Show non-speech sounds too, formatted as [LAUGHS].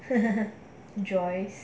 [LAUGHS] joyce